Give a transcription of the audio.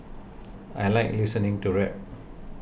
I like listening to rap